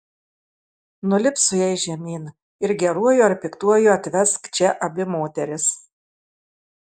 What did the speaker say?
nulipk su jais žemyn ir geruoju ar piktuoju atvesk čia abi moteris